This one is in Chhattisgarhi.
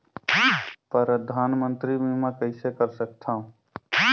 परधानमंतरी बीमा कइसे कर सकथव?